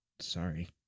Sorry